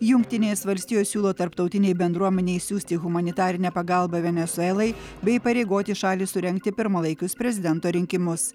jungtinės valstijos siūlo tarptautinei bendruomenei siųsti humanitarinę pagalbą venesuelai bei įpareigoti šalį surengti pirmalaikius prezidento rinkimus